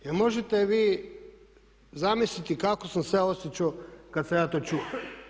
Jel' možete vi zamisliti kako sam se ja osjećao kad sam ja to čuo?